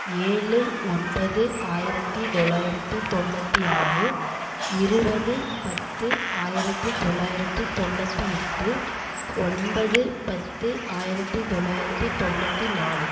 ஏழு ஒன்பது ஆயிரத்தி தொளாயிரத்தி தொண்ணூற்றி ஆறு இருபது பத்து ஆயிரத்தி தொளாயிரத்தி தொண்ணூற்றி எட்டு ஒன்பது பத்து ஆயிரத்தி தொள்ளாயிரத்தி தொண்ணூற்றி நாலு